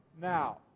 now